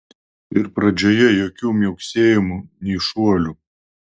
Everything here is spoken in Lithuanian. ir pradžioje jokių miauksėjimų nei šuolių